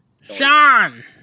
Sean